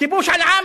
כיבוש על עם